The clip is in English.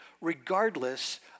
regardless